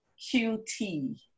QT